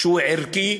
שהוא ערכי,